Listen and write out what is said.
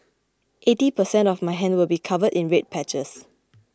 eighty percent of my hand will be covered in red patches